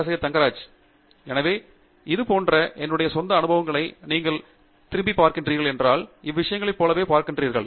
பேராசிரியர் ஆண்ட்ரூ தங்கராஜ் எனவே இதேபோன்ற என்னுடைய சொந்த அனுபவங்களையும் நீங்கள் திரும்பிப் பார்க்கிறீர்கள் என்றால் இவ்விஷயங்களைப் போலவே பார்க்கிறீர்கள்